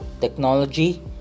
technology